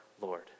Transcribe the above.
Lord